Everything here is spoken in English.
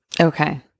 Okay